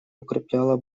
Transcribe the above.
укрепляла